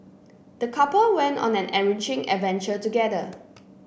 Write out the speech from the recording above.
the couple went on an enriching adventure together